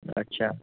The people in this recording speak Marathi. अच्छा